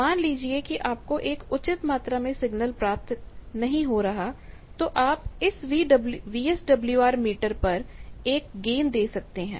मान लीजिए कि आपको एक उचित मात्रा में सिग्नल नहीं प्राप्त हो रहा तो आप इस वीएसडब्ल्यूआर मीटर पर एक गेन दे सकते हैं